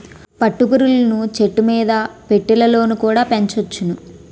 పట్టు పురుగులను చెట్టుమీద పెట్టెలలోన కుడా పెంచొచ్చును